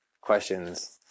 questions